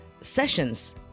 sessions